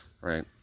right